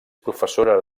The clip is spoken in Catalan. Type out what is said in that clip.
professora